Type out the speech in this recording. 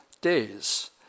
days